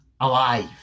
alive